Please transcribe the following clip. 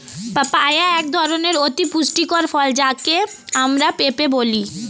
papaya এক ধরনের অতি পুষ্টিকর ফল যাকে আমরা পেঁপে বলি